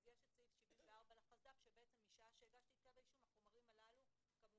יש את סעיף 74 לחסד"פ שמשעה שהגשתי את כתב האישום החומרים הללו כמובן